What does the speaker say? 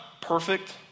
perfect